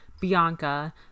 Bianca